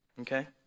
okay